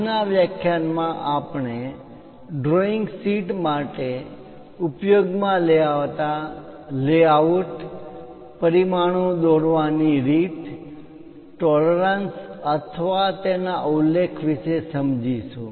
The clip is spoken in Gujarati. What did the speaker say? આજના વ્યાખ્યાનમાં આપણે ડ્રોઈંગ શીટ માટે ઉપયોગમાં લેવાતા લેઆઉટ પરિમાણો દોરવાની રીત ટોલરન્સ પરિમાણ મા માન્ય તફાવત tolerance અથવા તેના ઉલ્લેખ વિશે સમજીશું